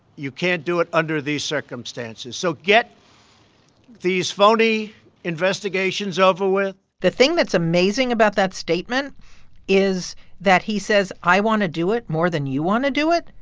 you can't do it under these circumstances, so get these phony investigations over with the thing that's amazing about that statement is that he says, i want to do it more than you want to do it.